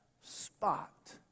spot